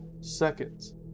Seconds